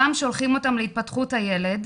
פעם שולחים אותם להתפתחות הילד,